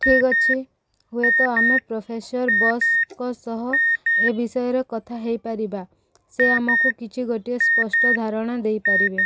ଠିକ୍ ଅଛି ହୁଏତ ଆମେ ପ୍ରଫେସର୍ ବୋଷ୍ଙ୍କ ସହ ଏ ବିଷୟରେ କଥା ହେଇପାରିବା ସେ ଆମକୁ କିଛି ଗୋଟିଏ ସ୍ପଷ୍ଟ ଧାରଣା ଦେଇପାରିବେ